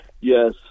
Yes